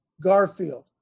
Garfield